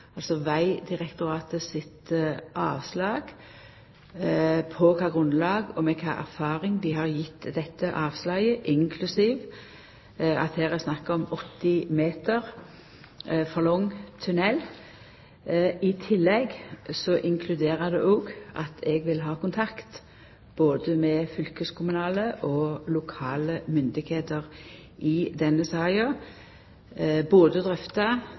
avslag, og også på kva grunnlag og ut frå kva erfaring dei har gitt dette avslaget, inklusiv at det her er snakk om ein 80 meter for lang tunnel. I tillegg inkluderer det at eg vil ha kontakt med både fylkeskommunale og lokale styresmakter i denne saka, og både drøfta